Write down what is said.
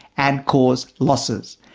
and cause losses.